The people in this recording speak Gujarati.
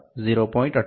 D 1 V